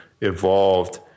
evolved